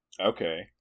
Okay